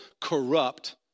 corrupt